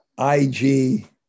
IG